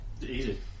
Easy